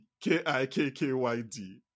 K-I-K-K-Y-D